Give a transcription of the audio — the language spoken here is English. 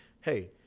hey